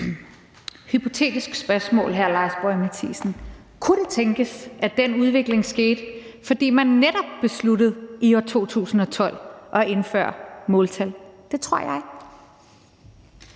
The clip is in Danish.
hypotetisk spørgsmål, hr. Lars Boje Mathiesen: Kunne det tænkes, at den udvikling skete, fordi man netop besluttede i år 2012 at indføre måltal? Det tror jeg.